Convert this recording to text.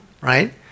right